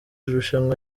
rushanwa